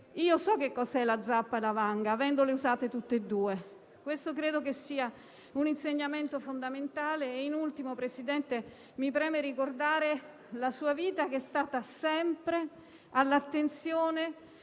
fossero la zappa e la vanga, avendole usate tutte e due. Credo che sia un insegnamento fondamentale. In ultimo, Presidente, mi preme ricordare la sua vita che è stata sempre all'attenzione